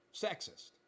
sexist